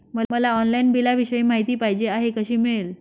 मला ऑनलाईन बिलाविषयी माहिती पाहिजे आहे, कशी मिळेल?